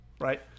Right